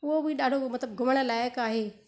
उहो बि ॾाढो मतिलबु घुमणु लाइक़ु आहे